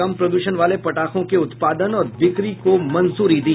कम प्रदूषण वाले पटाखों के उत्पादन और बिक्री को मंजूरी दी